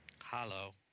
hello